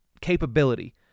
capability